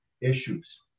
issues